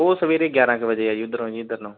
ਉਹ ਸਵੇਰੇ ਗਿਆਰਾਂ ਕੁ ਵਜੇ ਆ ਜੀ ਉੱਧਰੋਂ ਜੀ ਇੱਧਰ ਨੂੰ